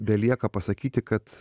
belieka pasakyti kad